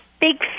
big